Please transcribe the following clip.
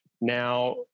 Now